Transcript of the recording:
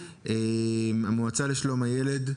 המועצה לשלום הילד?